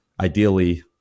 ideally